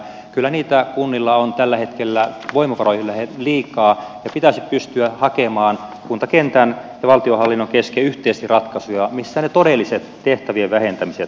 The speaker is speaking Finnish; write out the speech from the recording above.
kyllä niitä kunnilla on tällä hetkellä voimavaroihin nähden liikaa ja pitäisi pystyä hakemaan kuntakentän ja valtionhallinnon kesken yhteisesti ratkaisuja missä ne todelliset tehtävien vähentämiset olisivat